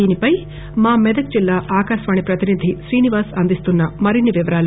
దీనిపై మా మెదక్ జిల్లా ఆకాశవాణి ప్రతినిధి శ్రీనివాస్ అందిస్తున్న మరిన్ని వివరాలు